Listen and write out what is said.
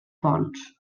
pons